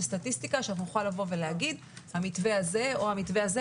סטטיסטיקה שנוכל לבוא ולומר שהמתווה הזה או המתווה הזה,